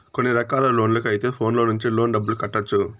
కొన్ని రకాల లోన్లకు అయితే ఫోన్లో నుంచి లోన్ డబ్బులు కట్టొచ్చు